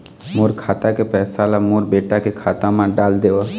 मोर खाता के पैसा ला मोर बेटा के खाता मा डाल देव?